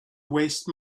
waste